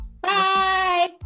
Bye